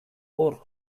hor